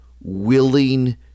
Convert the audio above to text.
willing